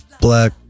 Black